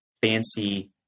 fancy